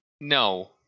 No